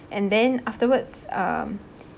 and then afterwards um